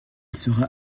sera